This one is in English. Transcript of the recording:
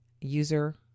User